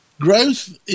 Growth